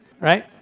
Right